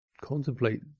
contemplate